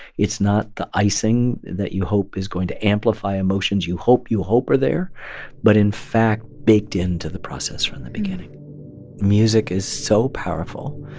it's not the icing that you hope is going to amplify emotions you hope you hope are there but in fact, baked into the process from the beginning music is so powerful.